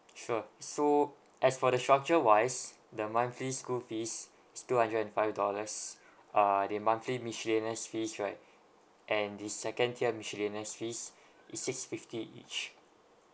sure so as for the structure wise the monthly school fees is two hundred and five dollars uh the monthly miscellaneous fees right and the second tier miscellaneous fees is six fifty each